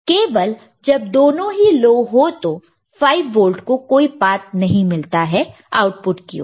केवल जब दोनों ही लो हो तो 5 वोल्ट को कोई पात नहीं मिलता है आउटपुट की ओर